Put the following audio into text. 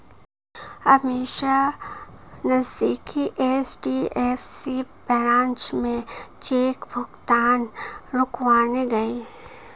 अमीषा नजदीकी HDFC branch में cheque भुगतान रुकवाने गई